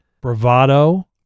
bravado